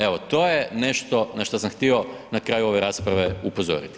Evo, to je nešto na šta sam htio na kraju ove rasprave upozoriti.